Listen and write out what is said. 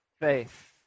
faith